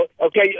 Okay